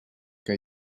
que